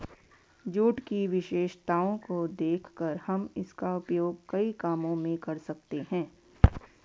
jute की विशेषताओं को देखकर हम इसका उपयोग कई कामों में कर सकते हैं